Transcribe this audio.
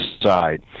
side